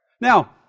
Now